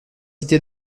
cités